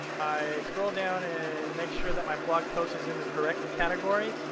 i scroll down and make sure that my blog post is in the correct category.